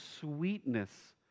sweetness